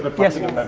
but blessing in